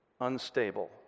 unstable